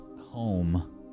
home